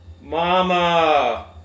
Mama